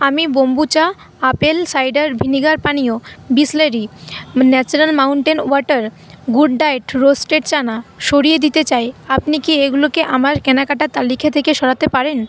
আমি kombucha apple cider vinegar পানীয় Bisleri natural mountain water good diet roasted chana সরিয়ে দিতে চাই আপনি কি এগুলোকে আমার কেনাকাটার তালিকা থেকে সরাতে পারেন